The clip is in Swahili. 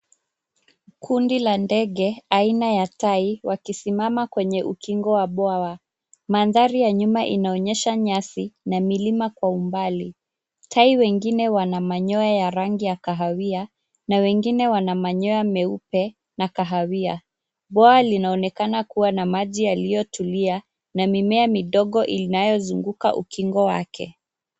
Kundi la ndege aina ya tai wakisimama kwenye ukingo wa bwawa. Mandhari ya nyuma inaonyesha, nyasi na milima kwa umbali. Tai wengine wana manyoya ya rangi ya kahawia, na wengine wana manyoya meupe na kahawia. Bwawa linaonekana kua na maji yaliyo tulia, na mimea midogo inayozunguka ukingo wake.